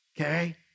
Okay